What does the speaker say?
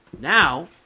Now